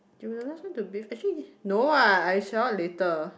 you will be the last one to bath acutally no what I shower later